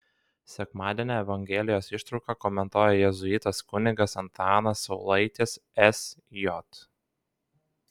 sekmadienio evangelijos ištrauką komentuoja jėzuitas kunigas antanas saulaitis sj